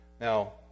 Now